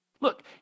look